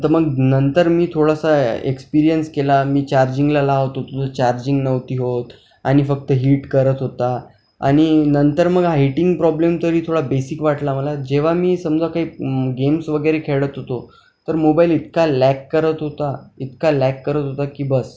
तर मग नंतर मी थोडासा एक्सपीरियन्स केला मी चार्जिंगला लावत होतो तर चार्जिंग नव्हती होत आणि फक्त हीट करत होता आणि नंतर मग हा हिटिंग प्रॉब्लेम तरी थोडा बेसिक वाटला मला जेव्हा मी समजा काही गेम्स वगैरे खेळत होतो तर मोबाईल इतका लॅक करत होता इतका लॅक करत होता की बस्स